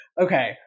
Okay